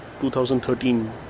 2013